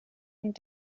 und